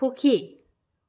সুখী